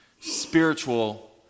Spiritual